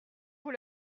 vous